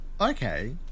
okay